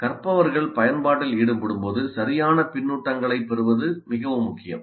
கற்பவர்கள் பயன்பாட்டில் ஈடுபடும்போது சரியான பின்னூட்டங்களைப் பெறுவது மிகவும் முக்கியம்